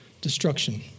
destruction